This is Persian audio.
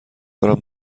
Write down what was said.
دارم